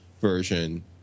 version